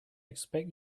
expect